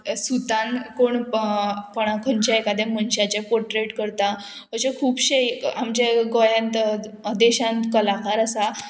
सुतान कोण कोणाक खंयचें एकादें मनशाचे पोर्ट्रेट करता अशें खुबशे एक आमच्या गोंयांत देशांत कलाकार आसा